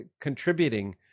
contributing